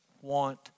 want